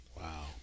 Wow